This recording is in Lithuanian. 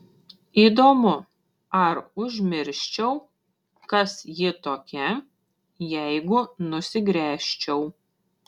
įdomu ar užmirščiau kas ji tokia jeigu nusigręžčiau